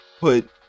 put